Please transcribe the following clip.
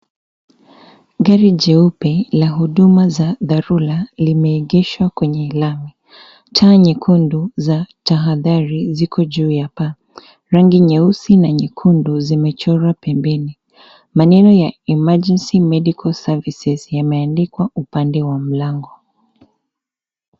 Gari jeupe la huduma za dharura limeegeshwa kwenye lami. Taa nyekundu za tahadhari ziko juu ya paa. Rangi nyeusi na nyekundu zimechorwa pembeni. Maneno ya emergency medical services yameandikwa upande wa mlango.